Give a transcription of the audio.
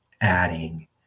adding